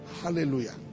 Hallelujah